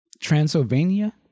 Transylvania